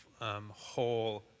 whole